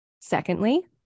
Secondly